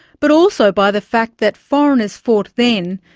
but also by the fact that foreigners fought then,